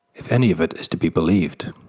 if any of it is to be believed.